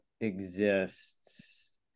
exists